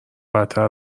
بدتر